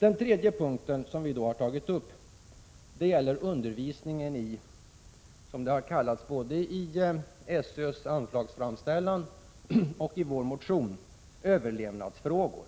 En tredje punkt som vi har tagit upp gäller undervisningen i, som det har kallats både i SÖ:s anslagsframställan och i vår motion, överlevnadsfrågor.